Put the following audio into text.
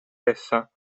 essa